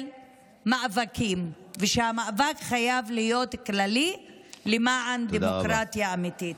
מאבקים ושהמאבק חייב להיות כללי למען דמוקרטיה אמיתית.